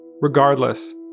Regardless